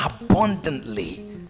abundantly